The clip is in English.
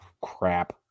crap